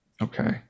Okay